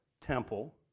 temple